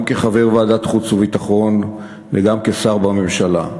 גם כחבר בוועדת החוץ והביטחון וגם כשר בממשלה,